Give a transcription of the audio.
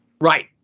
Right